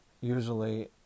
usually